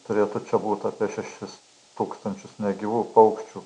turėtų čia būt apie šešis tūkstančius negyvų paukščių